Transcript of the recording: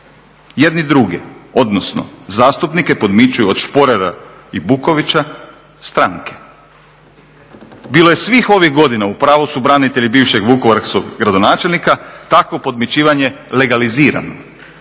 Jedni druge, odnosno zastupnike podmićuju, od … i Bukovića, stranke. Bilo je svih ovih godina, u pravu su branitelji bivšeg Vukovarskog gradonačelnika, takvo podmićivanje legalizirano.